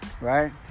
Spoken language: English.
right